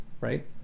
right